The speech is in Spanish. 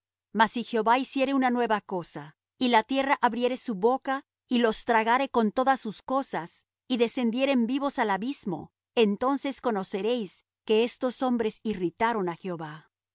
si jehová hiciere una nueva cosa y la tierra abriere su boca y los tragare con todas sus cosas y descendieren vivos al abismo entonces conoceréis que estos hombres irritaron á jehová